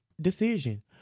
decision